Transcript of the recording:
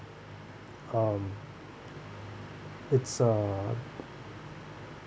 um it's uh